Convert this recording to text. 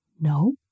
No